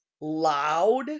loud